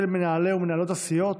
של מנהלי ומנהלות הסיעות: